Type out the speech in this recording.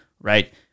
right